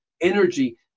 energy